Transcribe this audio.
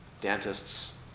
dentists